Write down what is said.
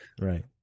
Right